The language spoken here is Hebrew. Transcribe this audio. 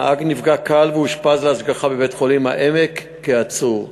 הנהג נפגע קל ואושפז להשגחה בבית-חולים "העמק" כעצור.